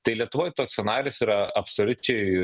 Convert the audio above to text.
tai lietuvoj toks scenarijus yra absoliučiai